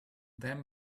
them